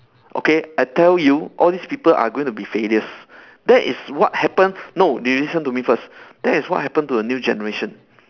okay I tell you all this people are going to be failures that is what happen no you listen to me first that is what happen to the new generation